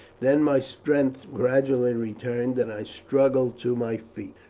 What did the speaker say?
then my strength gradually returned and i struggled to my feet.